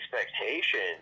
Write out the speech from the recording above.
expectations